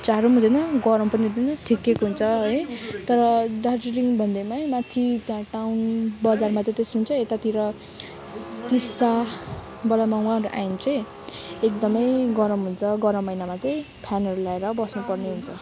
जाडो पनि हुँदैन गरम पनि हुँदैन ठिकैको हुन्छ है तर दार्जिलिङ भन्दामै माथि टाउन बजारमा त त्यस्तो हुन्छ यतातिर टिस्टाबाट एकदमै गरम हुन्छ गरम महिनामा चाहिँ फ्यनहरू लगाएर बस्नुपर्ने हुन्छ